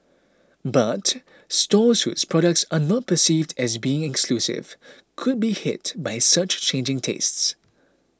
but stores whose products are not perceived as being exclusive could be hit by such changing tastes